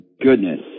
goodness